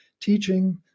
teaching